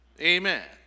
Amen